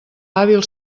hàbil